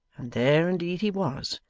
and there indeed he was,